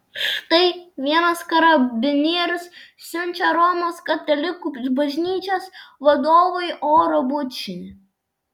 štai vienas karabinierius siunčia romos katalikų bažnyčios vadovui oro bučinį